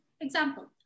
example